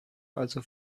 also